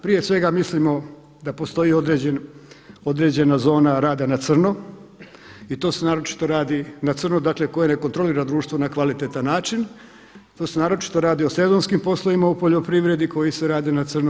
Prije svega mislimo da postoji određena zona rada na crno i to se naročito radi na crno dakle koje ne kontrolira društvo na kvalitetan način, to se naročito radi o sezonskim poslovima u poljoprivredi koji se rade na crno.